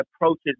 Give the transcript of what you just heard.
approaches